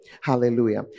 Hallelujah